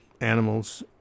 animals